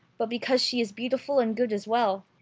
but because she is beautiful and good as well.